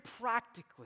practically